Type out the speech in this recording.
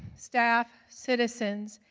staff, citizens,